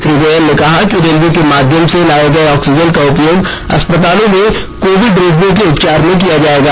श्री गोयल ने कहा कि रेलवे के माध्यम से लाए गए ऑक्सीजन का उपयोग अस्पतालों में कोविड रोगियों के उपचार में किया जाएगा